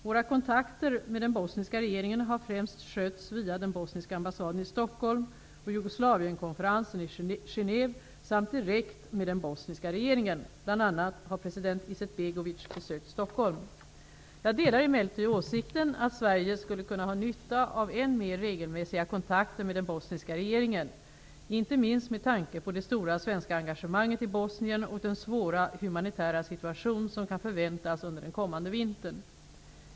Våra kontakter med den bosniska regeringen har främst skötts via den bosniska ambassaden i Stockholm och Jugoslavienkonferensen i Genève samt direkt med den bosniska regeringen; bl.a. har president Izetbegovic besökt Stockholm. Jag delar emellertid åsikten att Sverige skulle kunna ha nytta av än mer regelmässiga kontakter med den bosniska regeringen -- inte minst med tanke på det stora svenska engagemanget i Bosnien och den svåra humanitära situation som kan förväntas under den kommande vintern.